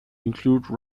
include